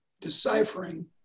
deciphering